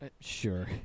Sure